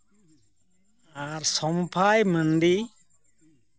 ᱟᱨ ᱥᱚᱢᱯᱷᱟᱭ ᱢᱟᱱᱰᱤ